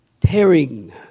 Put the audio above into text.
tearing